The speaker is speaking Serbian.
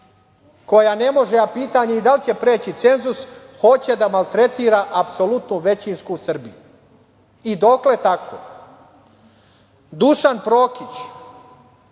koja ne može, a pitanje je i da li će preći cenzus hoće da maltretira apsolutno većinsku Srbiju. Dokle tako? Dušan Prokić